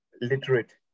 literate